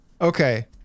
Okay